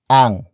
ang